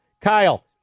Kyle